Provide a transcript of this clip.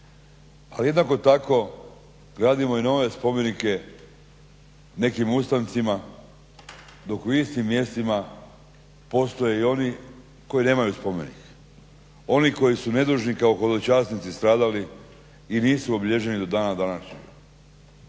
Ali jednako tako gradimo i nove spomenike nekim ustancima dok na istim mjestima postoje oni koji nemaju spomenike, oni koji su nedužni kao hodočasnici stradali i nisu obilježeni do dana današnjeg.